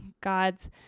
God's